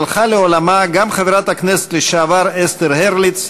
הלכה לעולמה גם חברת הכנסת לשעבר אסתר הרליץ,